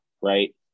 Right